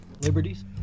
Liberties